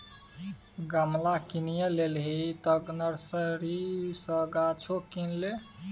गमला किनिये लेलही तँ नर्सरी सँ गाछो किन ले